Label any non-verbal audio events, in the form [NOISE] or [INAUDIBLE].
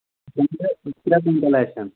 [UNINTELLIGIBLE]